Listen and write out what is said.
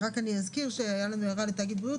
ואנחנו העלינו הרבה מאוד